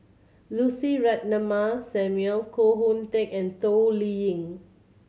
Lucy Ratnammah Samuel Koh Hoon Teck and Toh Liying